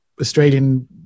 australian